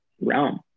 realm